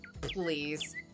please